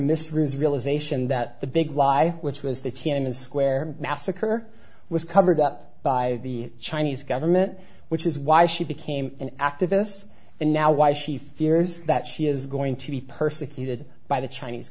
ruse realization that the big lie which was the tiananmen square massacre was covered up by the chinese government which is why she became an activist and now why she fears that she is going to be persecuted by the chinese